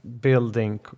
building